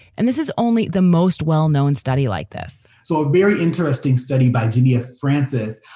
and this is only the most well-known study like this so a very interesting study by genea francis,